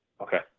Okay